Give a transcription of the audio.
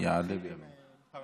יעלה ויבוא.